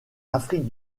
afrique